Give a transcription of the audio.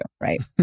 right